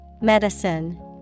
Medicine